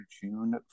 June